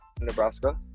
Nebraska